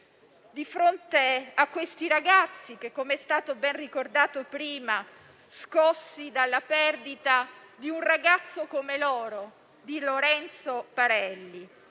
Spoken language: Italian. non rabbia. Questi ragazzi - come è stato ben ricordato prima - sono scossi dalla perdita di un ragazzo come loro, Lorenzo Parelli